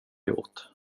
gjort